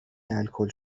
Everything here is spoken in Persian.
الکل